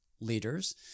leaders